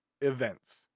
events